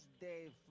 day